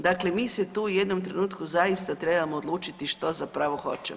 Dakle, mi se tu u jednom trenutku zaista trebamo odlučiti što zapravo hoćemo.